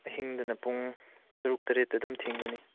ꯑꯍꯤꯡꯗꯅ ꯄꯨꯡ ꯇꯔꯨꯛ ꯇꯔꯦꯠꯇ ꯑꯗꯨꯝ ꯊꯤꯡꯒꯅꯤ